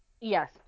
Yes